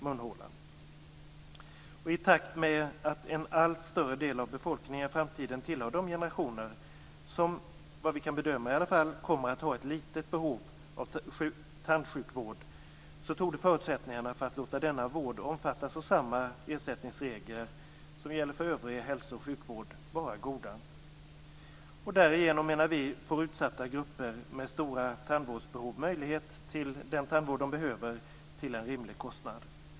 I takt med att en allt större del av befolkningen i framtiden kommer att tillhöra de generationer som - i varje fall enligt vad vi kan bedöma - kommer att ha ett litet behov av tandsjukvård borde förutsättningarna för att låta denna vård omfattas av samma ersättningsregler som gäller för övrig hälso och sjukvård vara goda. Vi menar att utsatta grupper med stora tandvårdsbehov därigenom till en rimlig kostnad får möjlighet till den tandvård de behöver.